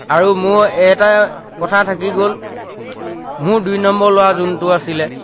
আৰু মোৰ এটা কথা থাকি গ'ল মোৰ দুই নম্বৰ ল'ৰা যোনটো আছিলে